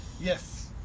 Yes